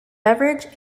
beverage